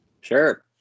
Sure